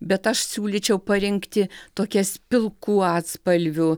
bet aš siūlyčiau parinkti tokias pilkų atspalvių